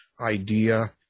idea